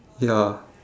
ya